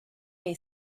est